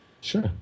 Sure